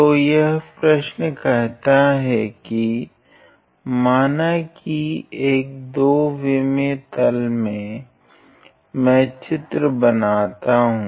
तो यह प्रश्न कहता है की माना की एक 2 विमीय तल में चलिए मैं चित्र बनाता हूँ